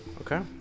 Okay